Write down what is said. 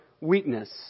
weakness